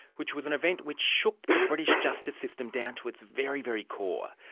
which was en event which shook the british justice system down to its very very core.